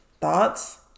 Thoughts